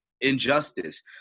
injustice